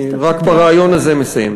אני רק ברעיון הזה מסיים.